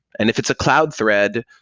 and if it's a cloud thread,